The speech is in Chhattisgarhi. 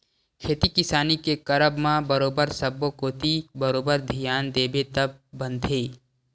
खेती किसानी के करब म बरोबर सब्बो कोती बरोबर धियान देबे तब बनथे